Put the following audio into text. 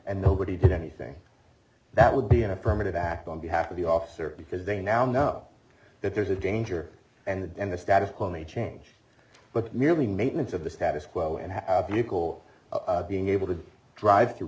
and nobody did anything that would be an affirmative act on behalf of the officer because they now know that there's a danger and the status quo may change but merely maintenance of the status quo and buccal being able to drive through